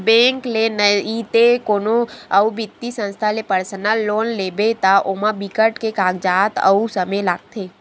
bank ले नइते कोनो अउ बित्तीय संस्था ले पर्सनल लोन लेबे त ओमा बिकट के कागजात अउ समे लागथे